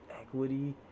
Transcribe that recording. equity